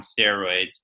steroids